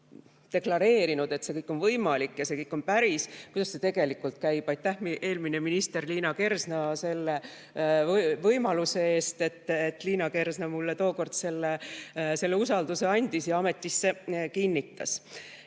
deklareerinud, on võimalik, on päris, kuidas see tegelikult käib. Aitäh, eelmine minister Liina Kersna, selle võimaluse eest! Liina Kersna mulle tookord selle usalduse andis ja mu ametisse kinnitas.